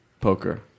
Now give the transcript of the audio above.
poker